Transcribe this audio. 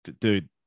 dude